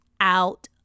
out